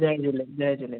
जय झूले जय झूले